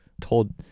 told